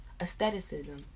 aestheticism